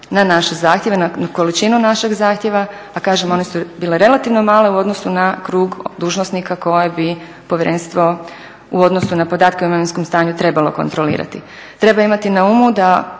na naše zahtjeve, na količinu našeg zahtjeva, a kažem one su bile relativno male u odnosu na krug dužnosnika koje bi povjerenstvo u odnosu na podatke o imovinskom stanju trebalo kontrolirati. Treba imati na umu da